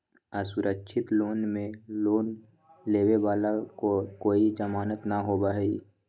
असुरक्षित लोन में लोन लेवे वाला के कोई जमानत न होबा हई